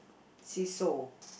seesaw